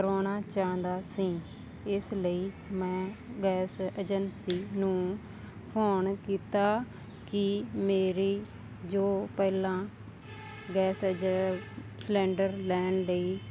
ਕਰਵਾਉਣਾ ਚਾਹੁੰਦਾ ਸੀ ਇਸ ਲਈ ਮੈਂ ਗੈਸ ਏਜੰਸੀ ਨੂੰ ਫੋਨ ਕੀਤਾ ਕਿ ਮੇਰੀ ਜੋ ਪਹਿਲਾਂ ਗੈਸ ਸਿਲਿੰਡਰ ਲੈਣ ਲਈ